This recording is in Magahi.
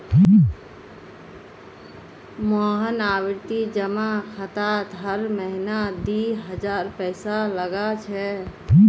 मोहन आवर्ती जमा खातात हर महीना दी हजार पैसा लगा छे